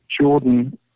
Jordan